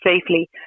safely